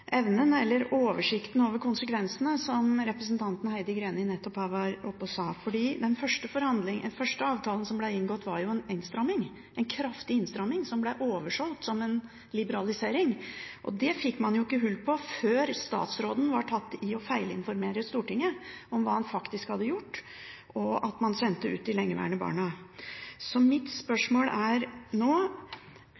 evnen eller oversikten over konsekvensene – som representanten Heidi Greni nettopp sa – fordi den første avtalen som ble inngått var jo en innstramming, en kraftig innstramming som ble oversolgt som en liberalisering. Det fikk man ikke hull på før statsråden var tatt i å feilinformere Stortinget om hva han faktisk hadde gjort, nemlig at man hadde sendt ut de lengeværende barna. Mitt spørsmål er: